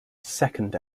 second